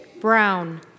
Brown